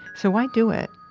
so why do it?